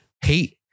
hate